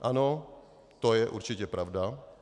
Ano, to je určitě pravda.